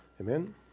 Amen